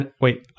Wait